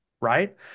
right